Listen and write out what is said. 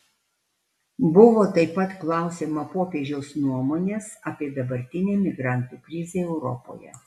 buvo taip pat klausiama popiežiaus nuomonės apie dabartinę migrantų krizę europoje